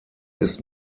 ist